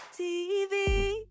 TV